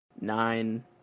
nine